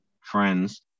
friends